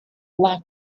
black